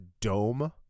dome